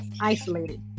isolated